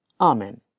Amen